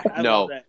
No